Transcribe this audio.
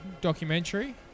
documentary